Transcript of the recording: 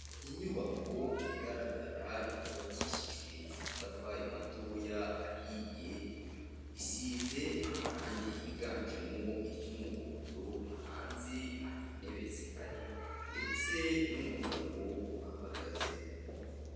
Inyubako igaragara yubakishijwe amatafari matoya ahiye, isize amarange yiganjemo iry'umuhondo, hanze hari intebe zihari ndetse n'umugabo uhahagaze.